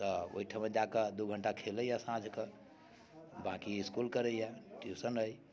तऽ ओहिठाम जा कऽ दू घंटा खेलैए साँझ कऽ बाँकी इस्कुल करैए ट्यूशन अइ